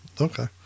Okay